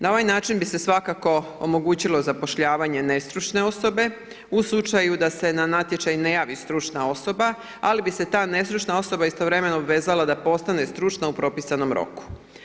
Na ovaj način bi se svakako omogućilo zapošljavanje nestručne osobe u slučaju da na natječaj ne javi stručna osoba ali bi se ta nestručna osoba istovremeno obvezala da postane stručna u propisanom roku.